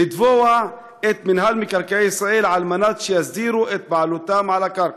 לתבוע את מינהל מקרקעי ישראל כדי שיסדירו את בעלותם על הקרקע.